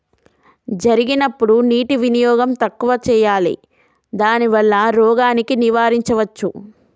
జరిగినప్పుడు నీటి వినియోగం తక్కువ చేయాలి దానివల్ల రోగాన్ని నివారించవచ్చా?